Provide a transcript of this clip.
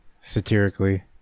satirically